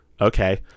okay